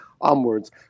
onwards